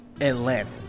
Atlanta